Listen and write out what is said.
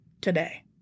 today